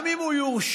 גם אם הוא יורשע,